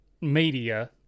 media